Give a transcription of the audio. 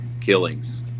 killings